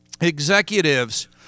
executives